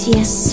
Yes